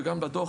וגם בדוח,